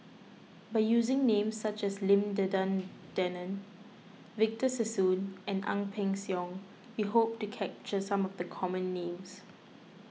by using names such as Lim Denan Denon Victor Sassoon and Ang Peng Siong we hope to capture some of the common names